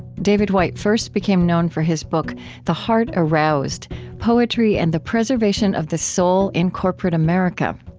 david whyte first became known for his book the heart aroused poetry and the preservation of the soul in corporate america.